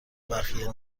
بخیه